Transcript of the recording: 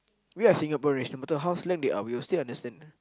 we are Singaporeans no matter how slang they are we will still understand